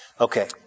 Okay